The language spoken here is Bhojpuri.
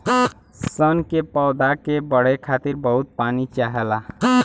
सन के पौधा के बढ़े खातिर बहुत पानी चाहला